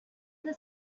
the